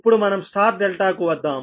ఇప్పుడు మనం Y ∆ కు వద్దాం